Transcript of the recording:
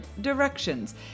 directions